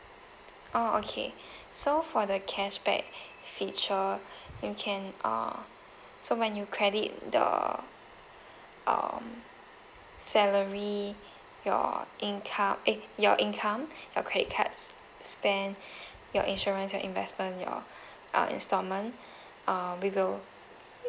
oh okay so for the cashback feature you can uh so when you credit the um salary your income eh your income your credit card's spend your insurance your investment your uh instalment uh we will